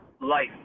life